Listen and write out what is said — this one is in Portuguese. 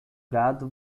gado